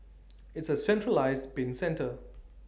it's A centralised bin centre